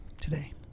today